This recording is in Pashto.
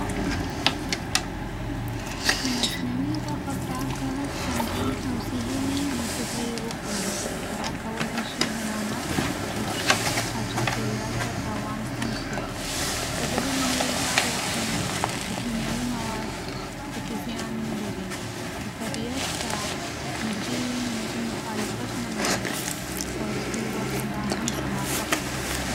که مصنوعي غوښه پاکه، خوندي او صحی وي، نو زه به یې وخورم. دا کولی شي حیوانات وژغوري او چاپېریال ته تاوان کم کړي. خو زه به لومړی ډاډ واخلم چې کیمیاوي مواد پکې زیان نه لري. که طبيعت ته نږدې وي، نو زه مخالفت نه لرم. خو اصلي غوښه لا هم زما خوښه ده.